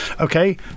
okay